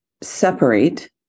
separate